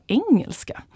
engelska